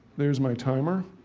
there's my timer